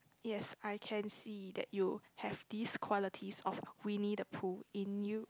yes I can see that you have these qualities of Winnie the Pooh in you